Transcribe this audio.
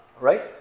right